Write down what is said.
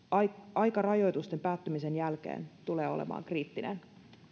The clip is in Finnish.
aika rajoitusten päättymisen jälkeen tulee olemaan kriittinen